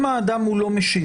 אם האדם הוא לא משיב,